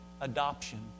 adoption